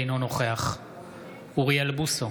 אינו נוכח אוריאל בוסו,